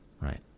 right